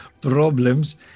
problems